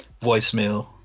voicemail